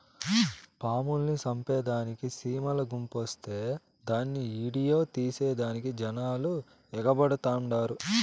పాముల్ని సంపేదానికి సీమల గుంపొస్తే దాన్ని ఈడియో తీసేదానికి జనాలు ఎగబడతండారు